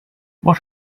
what